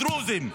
דרוזים.